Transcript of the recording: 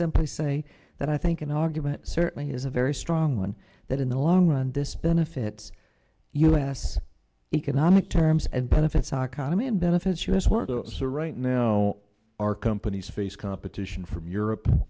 simply say that i think an argument certainly is a very strong one that in the long run this benefits us economic terms and benefits our common benefits us work so right now our companies face competition from europe